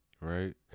Right